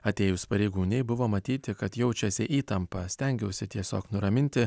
atėjus pareigūnei buvo matyti kad jaučiasi įtampa stengiausi tiesiog nuraminti